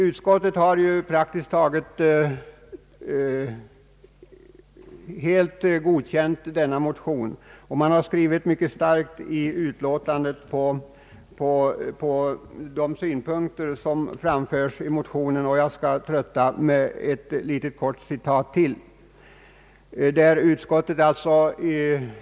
Utskottet har praktiskt taget helt godtagit motionerna och i sitt utlåtande presenterat en skrivning som är mycket stark och nära ansluter sig till de synpunkter som framförts i motionerna.